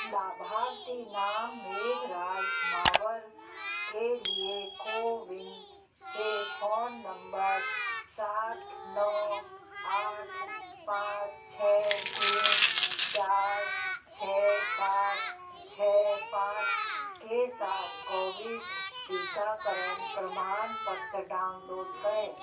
लाभार्थी नाम मेघराज मावर के लिए कोविन से फ़ोन नंबर सात नौ आठ पाँच छः तीन चार छः सात छः पाँच के साथ कोविड टीकाकरण प्रमाणपत्र डाउनलोड करें